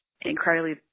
incredibly